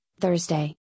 Thursday